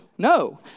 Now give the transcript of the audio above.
No